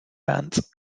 pants